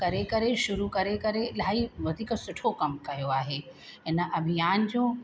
करे करे शुरू करे करे इलाही वधीक सुठो कमु कयो आहे इन अभियान जो